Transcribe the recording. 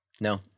No